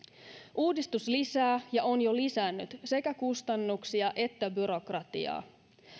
uudistus lisää ja on jo lisännyt sekä kustannuksia että byrokratiaa